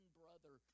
brother